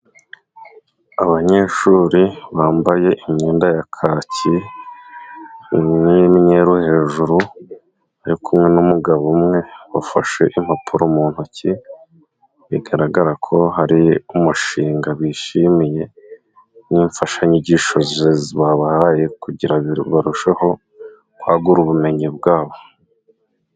Abanyeshuri bambaye imyenda ya kaki n'imyeru hejuru, bari kumwe n'umugabo umwe ufashe impapuro mu ntoki, bigaragara ko hari umushinga bishimiye n'imfashanyigisho babahaye, kugira barusheho kwagura ubumenyi bwabo.